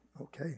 Okay